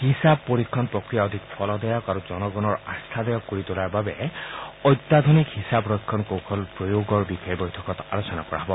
হিচাপ পৰীক্ষক অধিক ফলদায়ক আৰু জনগণৰ আস্থাদায়ক কৰি তোলাৰ বাবে অত্যাধুনিক হিচাপ ৰক্ষণ কৌশল প্ৰয়োগৰ বিষয়ে বৈঠকত আলোচনা কৰা হ'ব